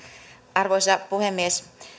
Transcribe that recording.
arvoisa puhemies